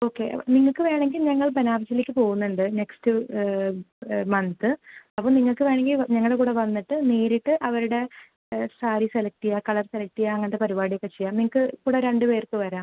okay അബ നിങ്ങൾക്ക് വേണമെങ്കിൽ ഞങ്ങൾ ബനാറസിലേക്ക് പോവുന്നുണ്ട് നെക്സ്റ്റ് മന്ത് അപ്പം നിങ്ങൾക്ക് വേണമെങ്കിൽ ഞങ്ങളുടെ കൂടെ വന്നിട്ട് നേരിട്ട് അവരുടെ സാരി സെലക്റ്റ് ചെയ്യാം കളർ സെലക്റ്റ് ചെയ്യാം അങ്ങനത്തെ പരിപാടി ഒക്കെ ചെയ്യാം നിങ്ങൾക്ക് കൂടെ രണ്ട് പേർക്ക് വരാം